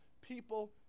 people